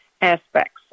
aspects